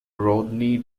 rodney